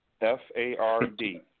F-A-R-D